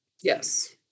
Yes